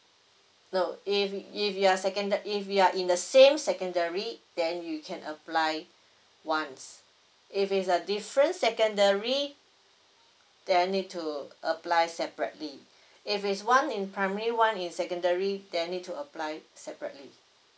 no if if you are seconda~ if you are in the same secondary then you can apply once if it's a different secondary then need to apply separately if it's one in primary one in secondary then need to apply separately